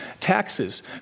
Taxes